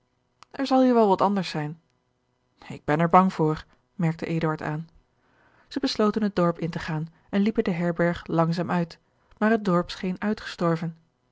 er zal hier wel wat anders zijn ik ben er bang voor merkte eduard aan zij besloten het dorp in te gaan en liepen de herberg langzaam uit maar het dorp scheen uitgestorven